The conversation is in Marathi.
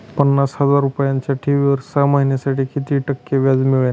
पन्नास हजार रुपयांच्या ठेवीवर सहा महिन्यांसाठी किती टक्के व्याज मिळेल?